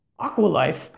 Aqualife